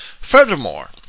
Furthermore